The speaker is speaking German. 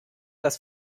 das